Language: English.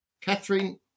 Catherine